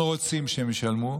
אנחנו רוצים שהם ישלמו,